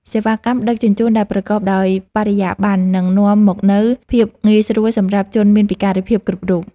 សេវាកម្មដឹកជញ្ជូនដែលប្រកបដោយបរិយាបន្ននឹងនាំមកនូវភាពងាយស្រួលសម្រាប់ជនមានពិការភាពគ្រប់រូប។